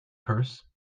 purse